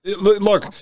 Look